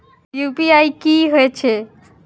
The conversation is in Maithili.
यू.पी.आई की हेछे?